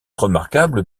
remarquable